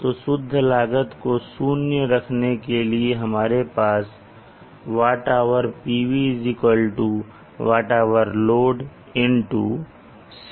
तो शुद्ध लागत को 0 रखने के लिए हमारे पास WH PV WH load C load CPV है